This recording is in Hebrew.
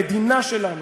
המדינה שלנו,